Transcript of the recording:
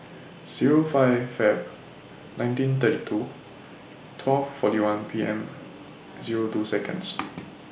Zero five Feb nineteen thirty two twelve forty one P M Zero two Seconds